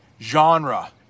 genre